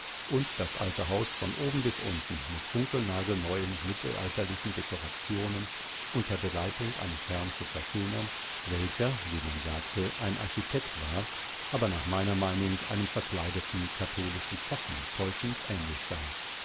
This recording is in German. diebesitzungwechseltedenherrnundderaltefranklandbegabsichmit einemgefolgevonklugenleutenauslondonanortundstelle umdasbergwerkund diefischereiennachneuenwissenschaftlichenprinzipienzubetreibenunddasaltehaus von oben bis unten mit funkelnagelneuen mittelalterlichen dekorationen unter der leitung eines herrn zu verschönern welcher wie man sagte ein architekt war aber nach meiner meinung einem verkleideten katholischen pfaffen täuschend ähnlich sah